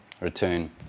return